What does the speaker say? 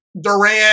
Durant